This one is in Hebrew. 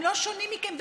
הם לא שונים מכם במאומה.